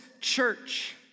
church